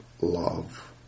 love